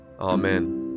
Amen